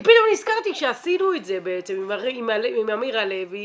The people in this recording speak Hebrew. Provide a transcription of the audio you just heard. כי פתאום נזכרתי כשעשינו את זה בעצם עם אמירה לוי,